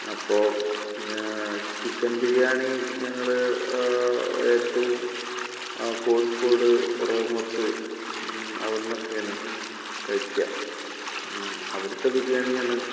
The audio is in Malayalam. അപ്പോൾ ചിക്കൻ ബിരിയാണി ഞങ്ങൾ ഏറ്റവും കോഴിക്കോട് റഹ്മത്ത് അവിടുന്നൊക്കെയാണ് കഴിക്കുക അവിടുത്തെ ബിരിയാണിയാണ്